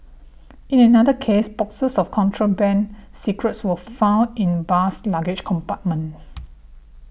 in another case boxes of contraband cigarettes were found in bus's luggage compartment